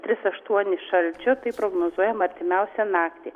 tris aštuonis šalčio tai prognozuojam artimiausią naktį